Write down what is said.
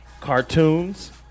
Cartoons